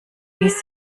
ließ